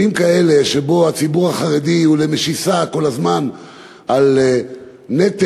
שבהם הציבור החרדי הוא למשיסה כל הזמן על נטל,